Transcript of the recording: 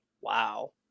Wow